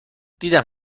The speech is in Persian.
دیدم